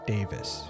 Davis